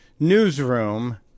newsroom